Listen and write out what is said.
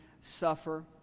suffer